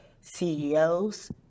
CEOs